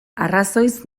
arrazoiz